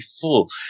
full